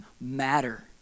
matter